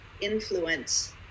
influence